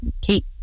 keep